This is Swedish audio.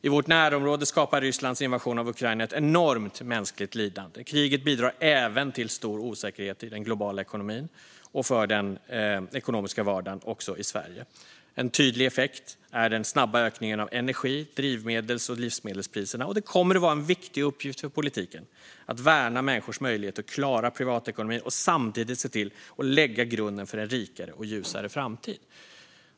I vårt närområde skapar Rysslands invasion av Ukraina ett enormt mänskligt lidande. Kriget bidrar även till stor osäkerhet i den globala ekonomin och i den ekonomiska vardagen också i Sverige. En tydlig effekt är den snabba ökningen av energi-, drivmedels och livsmedelspriserna. Det kommer att vara en viktig uppgift för politiken att värna människors möjlighet att klara privatekonomin och samtidigt se till att lägga grunden för en rikare och ljusare framtid.